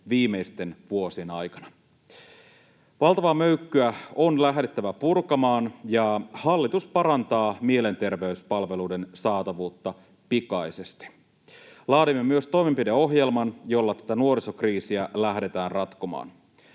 viimeisten vuosien aikana. Valtavaa möykkyä on lähdettävä purkamaan, ja hallitus parantaa mielenterveyspalveluiden saatavuutta pikaisesti. Laadimme myös toimenpideohjelman, jolla tätä nuorisokriisiä lähdetään ratkomaan.